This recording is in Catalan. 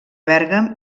bèrgam